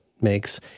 makes